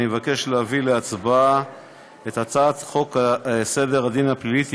אני מבקש להביא להצבעה את הצעת חוק סדר הדין הפלילי (תיקון,